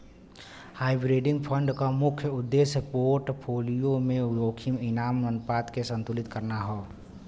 hybrid fund क मुख्य उद्देश्य पोर्टफोलियो में जोखिम इनाम अनुपात के संतुलित करना हौ